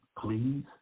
please